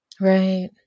right